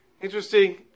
Interesting